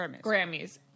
Grammys